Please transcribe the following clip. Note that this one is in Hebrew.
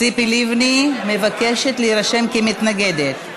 ציפי לבני מבקשת להירשם כמתנגדת.